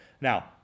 Now